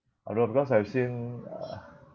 I don't know because I've seen uh